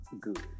good